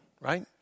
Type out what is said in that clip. right